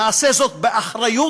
נעשה זאת באחריות